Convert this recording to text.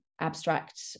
abstract